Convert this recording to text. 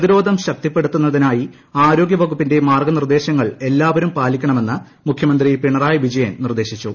പ്രതിരോധം ശക്തിപ്പെടുത്തുന്നതിനായി ആരോഗ്യവകുപ്പിന്റെ മാർഗ്ഗ നിർദ്ദേശങ്ങൾ എല്ലാവരും പാലിക്കണമെന്ന് മുഖ്യമന്ത്രി പിണറായി വിജയൻ നിർദ്ദേശിച്ചു